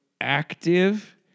active